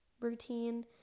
routine